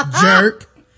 jerk